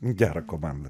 gerą komandą